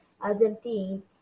Argentine